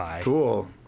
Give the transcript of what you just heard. cool